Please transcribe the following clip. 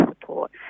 support